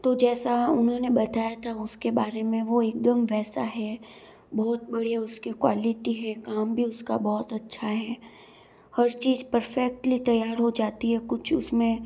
तू जैसा उन्होंने बताया था उस के बारे में वो एक दम वैसा है बहुत बढ़िया उस की क्वालिटी है काम भी उस का बहुत अच्छा है हर चीज़ परफेक्टली तैयार हो जाती है कुछ उस में